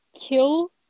kill